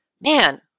man